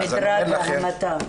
מדרג המתה.